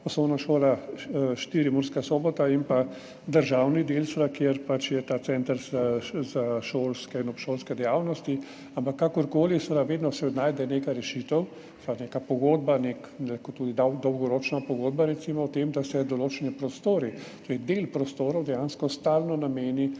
Osnovna šola IV Murska Sobota, in državni del seveda, kjer je pač ta center za šolske in obšolske dejavnosti, ampak kakor koli. Seveda, vedno se najde neka rešitev, neka pogodba, lahko tudi dolgoročna pogodba recimo o tem, da se določeni prostori, torej del prostorov, dejansko stalno namenijo